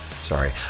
Sorry